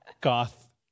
goth